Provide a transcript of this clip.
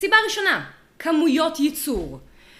סיבה ראשונה, כמויות ייצור